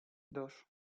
dos